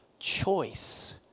choice